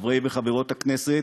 חברי וחברות הכנסת,